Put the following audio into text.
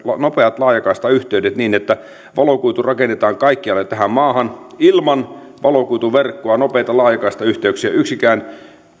nopeat laajakaistayhteydet niin että valokuitu rakennetaan kaikkialle tähän maahan ilman valokuituverkkoa nopeita laajakaistayhteyksiä yksikään